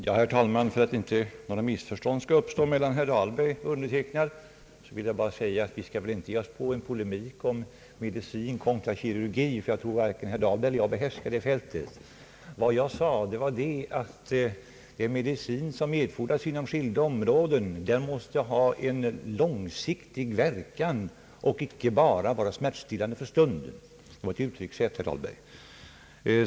Herr talman! För att inte några missförstånd skall uppstå mellan herr Dahl berg och mig vill jag bara säga att vi inte skall ge oss på en polemik medicin kontra' kirurgi. Jag tror att varken herr Dahlberg eller jag behärskar det fältet. Vad jag sade var att den medicin, som erfordras inom skilda områden, måste ha en långsiktig verkan och icke vara vara smärtstillande för stunden. Det var ett uttryckssätt, herr Dahlberg.